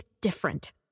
different